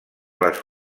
les